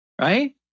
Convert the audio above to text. right